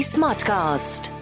Smartcast